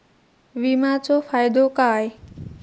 विमाचो फायदो काय?